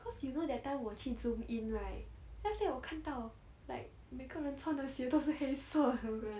cause you know that time 我去 zoom in right then after that 我看到 like 每个人穿的鞋都是黑色